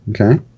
Okay